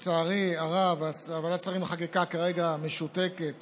לצערי הרב, ועדת השרים לחקיקה כרגע משותקת